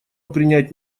принять